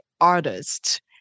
artist